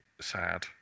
sad